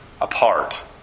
apart